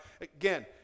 Again